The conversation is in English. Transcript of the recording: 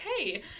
okay